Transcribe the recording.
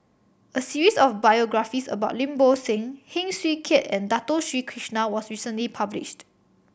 a series of biographies about Lim Bo Seng Heng Swee Keat and Dato Sri Krishna was recently published